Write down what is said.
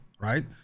right